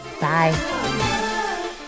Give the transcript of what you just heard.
Bye